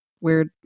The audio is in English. weird